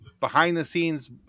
behind-the-scenes